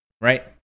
right